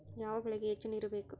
ಯಾವ ಬೆಳಿಗೆ ಹೆಚ್ಚು ನೇರು ಬೇಕು?